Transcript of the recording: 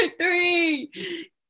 three